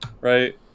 right